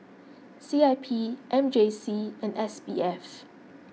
C I P M J C and S B F